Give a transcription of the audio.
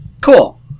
Cool